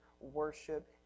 worship